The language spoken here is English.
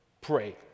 Pray